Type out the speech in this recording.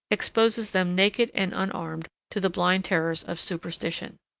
exposes them naked and unarmed to the blind terrors of superstition.